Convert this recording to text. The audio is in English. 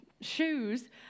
shoes